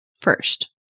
first